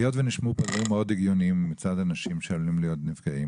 היות ונשמעו כאן דברים מאוד הגיוניים מצד אנשים שעלולים להיות נפגעים